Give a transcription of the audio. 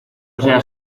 seas